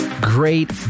great